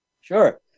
Sure